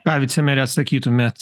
ką vicemere sakytumėt